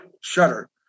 shutter